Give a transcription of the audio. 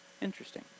Interesting